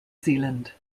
zealand